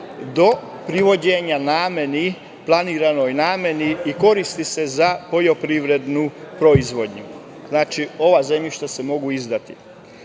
do privođenja nameni, planiranoj nameni i koristi se za poljoprivrednu proizvodnju. Znači, ova zemljišta se mogu